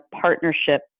partnership